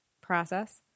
process